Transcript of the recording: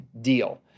deal